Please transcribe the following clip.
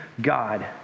God